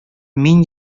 мин